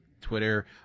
Twitter